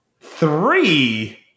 Three